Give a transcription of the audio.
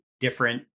different